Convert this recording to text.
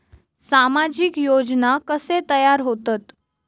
सामाजिक योजना कसे तयार होतत?